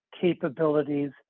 capabilities